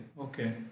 okay